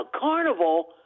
Carnival